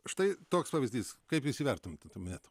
štai toks pavyzdys kaip jūs įvertintumėt